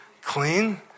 clean